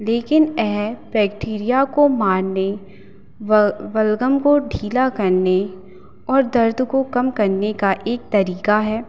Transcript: लेकिन यह बैक्टीरिया को मारने ब बलगम को ढीला करने और दर्द को कम करने का एक तरीका है